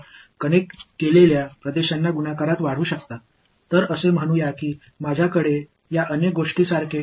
இணைக்கப்பட்ட பகுதிகளை பெருக்க இந்த யோசனையை அதிகப்படுத்தலாம்